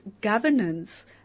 governance